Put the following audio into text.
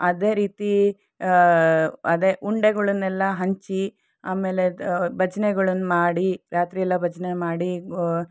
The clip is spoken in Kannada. ಅದೇ ರೀತಿ ಅದೇ ಉಂಡೆಗಳನ್ನೆಲ್ಲ ಹಂಚಿ ಆಮೇಲೆ ಭಜನೆಗಳನ್ನು ಮಾಡಿ ರಾತ್ರಿಯೆಲ್ಲ ಭಜನೆ ಮಾಡಿ